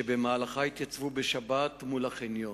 שבמהלכה יתייצבו בשבת מול החניון,